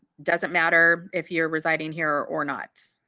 doesn't matter if you're residing here or not.